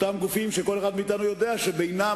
אותם גופים שכל אחד מאתנו יודע שבינם